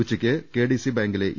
ഉച്ചക്ക് കെഡിസി ബാങ്കിലെ ഇ